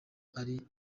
ari